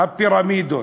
הפירמידות.